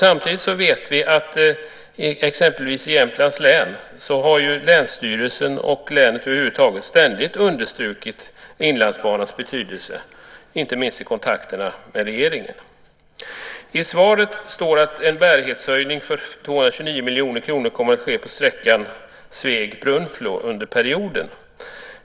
Samtidigt vet vi att det till exempel från Länsstyrelsen i Jämtlands län och från länet över huvud taget ständigt har understrukits vilken betydelse Inlandsbanan har, inte minst i kontakterna med regeringen. I svaret framhålls att en bärighetshöjning för 229 miljoner kronor kommer att ske på sträckan Sveg-Brunflo under perioden.